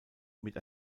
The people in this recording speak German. mit